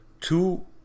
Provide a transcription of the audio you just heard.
two